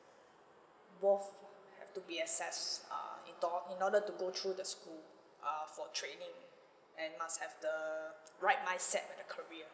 both have to be assessed uh in to~ in order to go through the school uh for training and must have the right mindset in the career